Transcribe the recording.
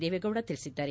ದೇವೇಗೌಡ ತಿಳಿಸಿದ್ದಾರೆ